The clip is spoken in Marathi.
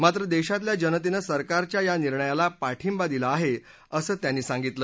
मात्र देशातल्या जनतेनं सरकारच्या या निर्णयाला पाठिंबा दिला आहे असं ते म्हणाले